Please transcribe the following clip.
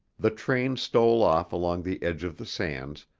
the train stole off along the edge of the sands,